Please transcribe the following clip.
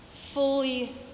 fully